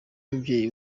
mubyeyi